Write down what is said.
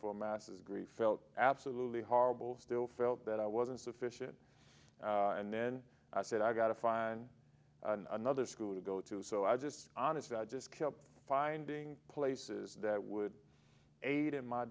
for masses agree felt absolutely horrible still felt that i wasn't sufficient and then i said i got a fine another school to go to so i just honestly i just kept finding places that would aid in my